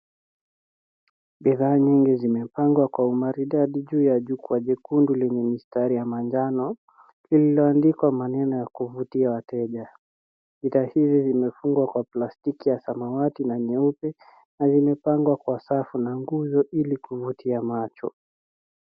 Bidhaa nyingi zimepangwa kwa umaridadi juu ya jukwaa jekundu lenye mistari ya manjano lililoandikwa maneno ya kuvutia wateja. Bidhaa hii imefungwa kwa plastiki ya samawati na nyeupe na limepangwa kwa safu na nguvu ili kuvutia macho.